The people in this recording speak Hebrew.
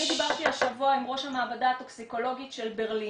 אני דיברתי השבוע עם ראש המעבדה הטוקסיקולוגית של ברלין,